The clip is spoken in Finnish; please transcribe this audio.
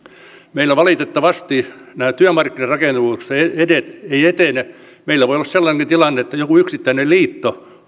meillä valitettavasti nämä työmarkkinarakenneuudistukset eivät etene meillä voi olla sellainenkin tilanne että joku yksittäinen liitto